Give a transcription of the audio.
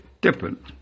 different